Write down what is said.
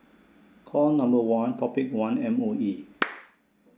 call number one topic one M_O_E